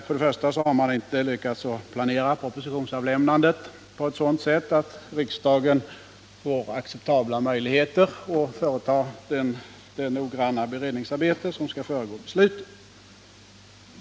För det första har regeringen inte lyckats planera propositionsavlämnandet på ett sådant sätt att riksdagen får acceptabla möjligheter att göra det noggranna beredningsarbete som skall föregå beslutet.